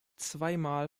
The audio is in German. zweimal